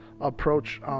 approach